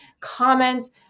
comments